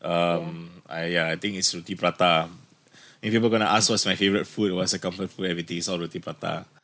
um I I think it's roti prata lah if you were gonna ask what's my favourite food what's a comfort food everything it's all roti prata lah